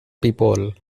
people